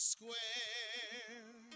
square